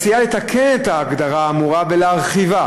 מציעה לתקן את ההגדרה האמורה ולהרחיבה